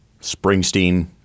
Springsteen